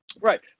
right